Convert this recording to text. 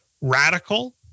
radical